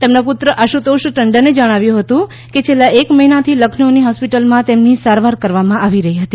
તેમના પુત્ર આશુતોષ ટંડને જણાવ્યું હતું કે છેલ્લાં એક મહિનાથી લખનૌની હોસ્પિટલમાં તેમની સારવાર કરવામાં આવી રહી હતી